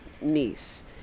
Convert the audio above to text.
niece